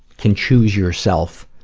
can choose yourself